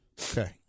Okay